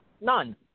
None